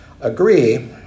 agree